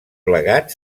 plegat